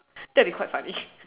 that would be quite funny